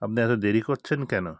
আপনি এত দেরি করছেন কেন